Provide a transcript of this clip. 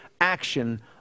action